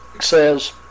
says